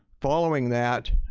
following that,